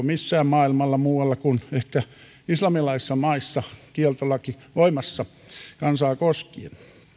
missään maailmalla muualla kuin ehkä islamilaisissa maissa kieltolaki voimassa kansaa koskien